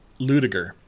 Ludiger